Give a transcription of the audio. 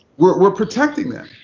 we're protecting them.